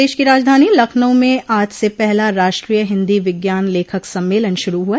प्रदेश की राजधानी लखनऊ में आज से पहला राष्ट्रीय हिन्दी विज्ञान लेखक सम्मेलन शुरू हुआ